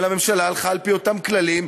אלא הלכה לפי אותם כללים,